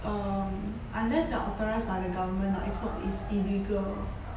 um unless you are authorised by the government lah if not it's illegal